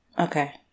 Okay